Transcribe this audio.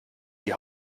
die